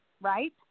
Right